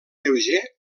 lleuger